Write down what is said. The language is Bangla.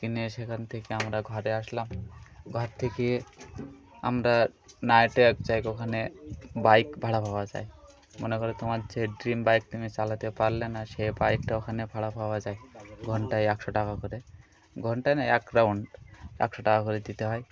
কিনে সেখান থেকে আমরা ঘরে আসলাম ঘর থেকে আমরা নাইটে এক জায়গায় ওখানে বাইক ভাড়া পাওয়া যায় মনে করো তোমার যে ড্রিম বাইক তুমি চালাতে পারলে না সে বাইকটা ওখানে ভাড়া পাওয়া যায় ঘণ্টায় একশো টাকা করে ঘণ্টা না এক রাউন্ড একশো টাকা করে দিতে হয়